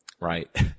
right